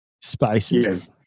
spaces